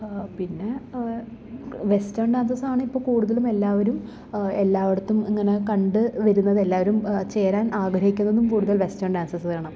പിന്നെ വെസ്റ്റേൺ ഡാൻസസാണ് ഇപ്പോൾ കൂടുതലും എല്ലാവരും എല്ലാവടത്തും ഇങ്ങനെ കണ്ട് വരുന്നത് എല്ലാവരും ചേരാൻ ആഗ്രഹിക്കുന്നതും കൂടുതൽ വെസ്റ്റേൺ ഡാൻസസാണ്